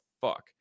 fuck